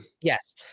Yes